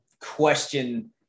question